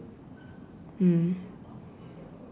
mm